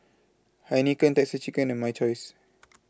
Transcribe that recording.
Heinekein Texas Chicken and My Choice